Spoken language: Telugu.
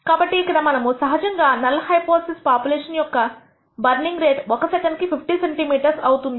కాబట్టి ఇక్కడ మనము సహజంగా నల్ హైపోథిసిస్ పాపులేషన్ యొక్క బర్నింగ్ రేట్ ఒక సెకండ్ కి 50 సెంటీ మీటర్స్ అవుతుంది